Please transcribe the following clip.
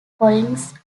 collins